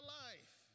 life